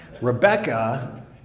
Rebecca